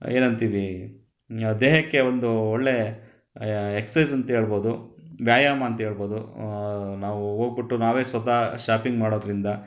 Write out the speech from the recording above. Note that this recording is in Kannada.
ಏನಂತೀವಿ ಇನ್ಯಾವ ದೇಹಕ್ಕೆ ಒಂದು ಒಳ್ಳೆಯ ಎಕ್ಸೈಸ್ ಅಂಥೇಳ್ಬೋದು ವ್ಯಾಯಾಮ ಅಂಥೇಳ್ಬೋದು ನಾವು ಹೋಗಿಬಿಟ್ಟು ನಾವೇ ಸ್ವತಃ ಶಾಪಿಂಗ್ ಮಾಡೋದರಿಂದ